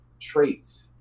traits